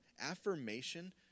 affirmation